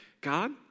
God